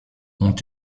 ont